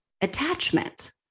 attachment